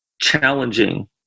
challenging